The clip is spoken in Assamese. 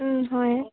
হয়